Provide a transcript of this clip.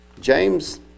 James